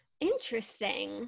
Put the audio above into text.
Interesting